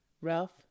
Ralph